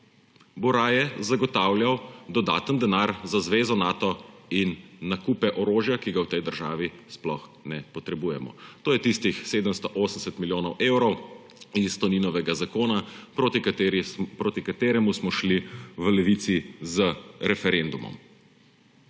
bo raje zagotavljal dodatni denar za zvezo Nato in nakupe orožja, ki ga v tej državi sploh ne potrebujemo. To je tistih 780 milijonov evrov iz Toninovega zakona, proti kateremu smo šli v Levici z referendumom.